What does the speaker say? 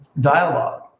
dialogue